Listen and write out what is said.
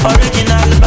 Original